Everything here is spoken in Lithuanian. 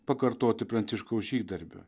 pakartoti pranciškaus žygdarbį